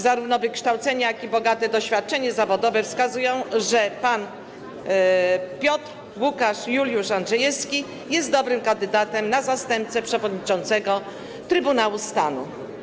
Zarówno wykształcenie, jak i bogate doświadczenie zawodowe wskazują, że pan Piotr Łukasz Juliusz Andrzejewski jest dobrym kandydatem na zastępcę przewodniczącego Trybunału Stanu.